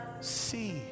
see